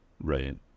right